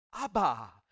Abba